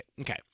Okay